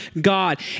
God